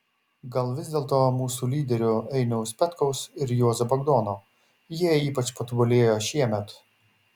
gal vis dėlto mūsų lyderių einiaus petkaus ir juozo bagdono jie ypač patobulėjo šiemet